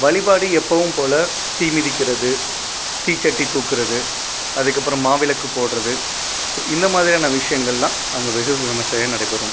வழிபாடு எப்போவும் போல் தீ மிதிக்கிறது தீச்சட்டி தூக்கிறது அதுக்கப்புறம் மாவிளக்கு போடுறது ஸோ இந்த மாதிரியான விஷயங்களெலாம் அங்கே வெகு விமர்சயாக நடைபெறும்